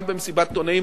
גם במסיבת עיתונאים,